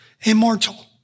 immortal